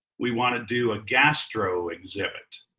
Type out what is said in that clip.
we wanna do a gastro exhibit.